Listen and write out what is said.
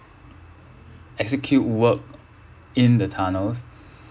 execute work in the tunnels